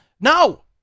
No